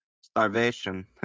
starvation